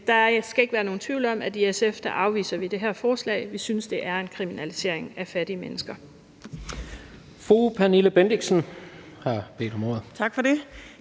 der skal ikke være nogen tvivl om, at vi i SF afviser det her forslag. Vi synes, det er en kriminalisering af fattige mennesker.